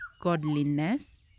godliness